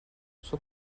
suo